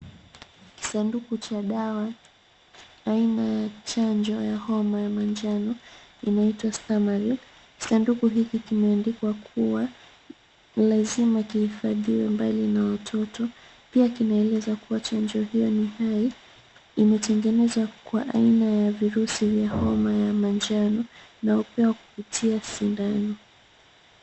Kisanduku cha dawa, aina ya chanjo ya homa ya manjano, inaitwa Stamaril. Sanduku hiki kimeandikwa kuwa, ni lazima kihifadhiwe mbali na watoto. Pia kinaeleza kuwa chanjo hiyo ni hai, imetengenezwa kwa aina ya virusi vya homa ya manjano na upewa kupitia sindano.